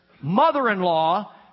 mother-in-law